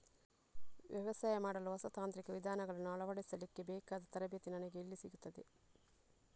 ವ್ಯವಸಾಯ ಮಾಡಲು ಹೊಸ ತಾಂತ್ರಿಕ ವಿಧಾನಗಳನ್ನು ಅಳವಡಿಸಲಿಕ್ಕೆ ಬೇಕಾದ ತರಬೇತಿ ನನಗೆ ಎಲ್ಲಿ ಸಿಗುತ್ತದೆ?